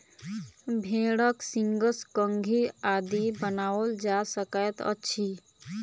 भेंड़क सींगसँ कंघी आदि बनाओल जा सकैत अछि